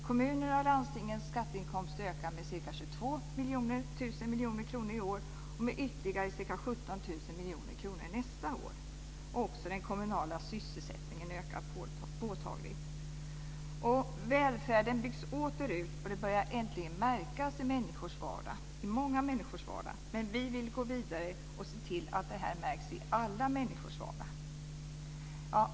Kommunernas och landstingens skatteinkomster ökar med ca 22 000 miljoner kronor i år och med ytterligare ca 17 000 miljoner kronor nästa år. Också den kommunala sysselsättningen ökar påtagligt. Välfärden byggs åter ut, och det börjar äntligen märkas i många människors vardag. Men vi vill gå vidare och se till att detta märks i alla människors vardag.